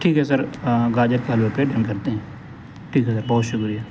ٹھیک ہے سر گاجر کا حلوا پہ ڈن کرتے ہیں ٹھیک ہے سر بہت شکریہ